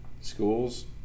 Schools